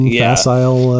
facile